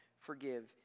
forgive